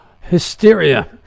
hysteria